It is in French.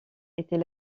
était